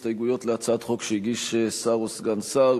הסתייגויות להצעת חוק שהגיש שר או סגן שר.